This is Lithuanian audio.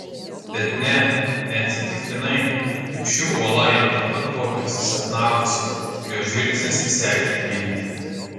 bet ne neatsitiktinai juk ši uola jam taip pat buvo prisisapnavusi ir jo žvilgsnis sekė mintį